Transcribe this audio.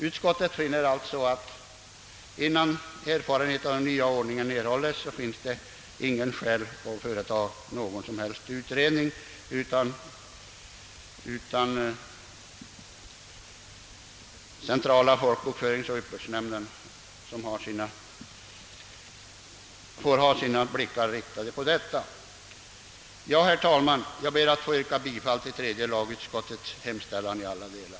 Utskottet finner alltså att, innan erfarenhet av nyordningen erhållits, inga skäl finnes att företa någon som helst utredning utan centrala folkbokföringsoch uppbördsnämnden får ha sina blickar riktade på detta. Herr talman! Jag ber att få yrka bifall till utskottets hemställan i alla delar.